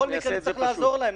בכל מקרה נצטרך לעזור להם,